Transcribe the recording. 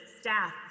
staff